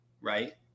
right